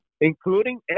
including